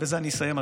ובזה אני אסיים,